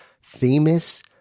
famous